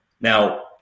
Now